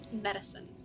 medicine